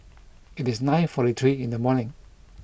it is nine forty three in the morning